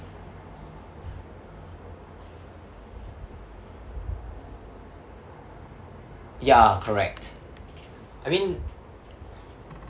ya correct I mean